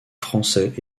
français